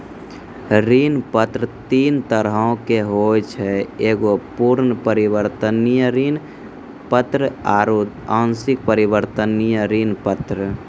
ऋण पत्र तीन तरहो के होय छै एगो पूर्ण परिवर्तनीय ऋण पत्र आरु आंशिक परिवर्तनीय ऋण पत्र